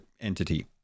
entity